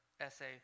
essay